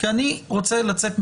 כי אני רוצה לצאת מכאן,